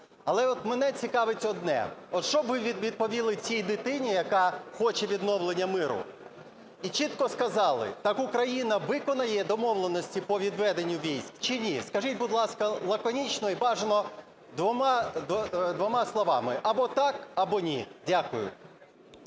Але от мене цікавить одне, от що б ви відповіли цій дитині, яка хоче відновлення миру, і чітко сказали, так Україна виконає домовленості по відведенню військ чи ні? Скажіть, будь ласка, лаконічно і бажано двома словами – або так, або ні. Дякую.